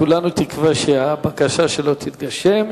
כולנו תקווה שהבקשה שלו תתגשם.